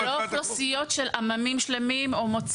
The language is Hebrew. אבל אלה לא עמים שלמים או מוצא.